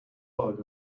bug